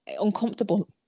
uncomfortable